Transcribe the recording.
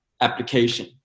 application